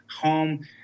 home